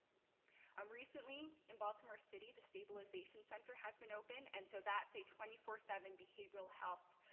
um recently in baltimore city, the stabilization center has been opened and so that's a twenty four seven behavioral health